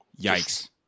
Yikes